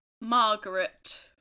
Margaret